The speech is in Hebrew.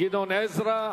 גדעון עזרא.